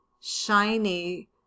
shiny